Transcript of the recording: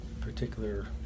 particular